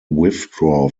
withdraw